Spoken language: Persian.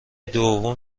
دوم